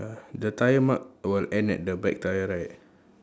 the tyre mark will end at the back tyre right